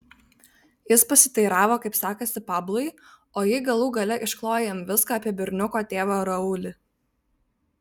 jis pasiteiravo kaip sekasi pablui o ji galų gale išklojo jam viską apie berniuko tėvą raulį